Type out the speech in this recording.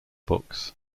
books